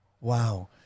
wow